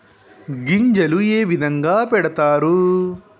గింజలు ఏ విధంగా పెడతారు?